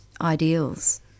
ideals